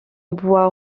bois